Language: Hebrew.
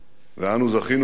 ואנו זכינו לחיות